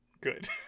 Good